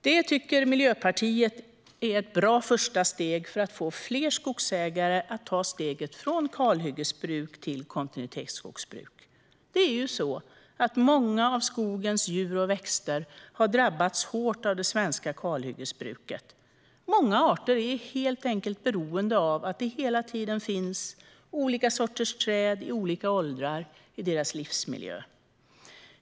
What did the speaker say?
Det tycker Miljöpartiet är ett bra första steg för att få fler skogsägare att ta steget från kalhyggesbruk till kontinuitetsskogsbruk. Många av skogens djur och växter har drabbats hårt av det svenska kalhyggesbruket. Många arter är helt enkelt beroende av att det hela tiden finns olika sorters träd i olika åldrar i deras livsmiljö.